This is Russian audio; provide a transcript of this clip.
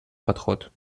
подход